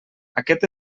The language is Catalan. aquest